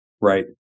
right